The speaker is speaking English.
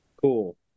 Cool